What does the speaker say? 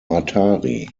atari